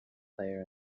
player